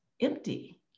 empty